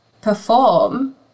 perform